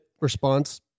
response